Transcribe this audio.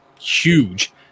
huge